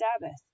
Sabbath